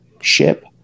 ship